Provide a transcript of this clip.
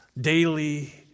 daily